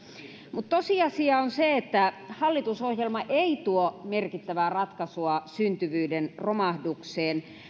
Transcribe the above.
mutta tosiasia on se että hallitusohjelma ei tuo merkittävää ratkaisua syntyvyyden romahdukseen